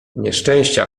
nieszczęścia